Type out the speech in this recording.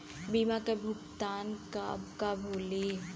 बीमा के भुगतान कब कब होले?